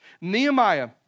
Nehemiah